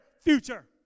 future